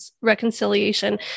reconciliation